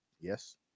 Yes